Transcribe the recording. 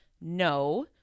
no